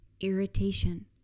irritation